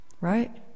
right